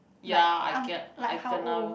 ya I get I gonna